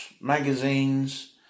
magazines